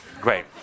great